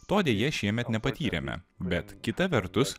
to deja šiemet nepatyrėme bet kita vertus